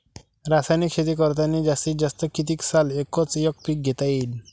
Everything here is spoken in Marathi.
रासायनिक शेती करतांनी जास्तीत जास्त कितीक साल एकच एक पीक घेता येईन?